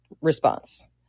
response